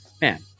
Man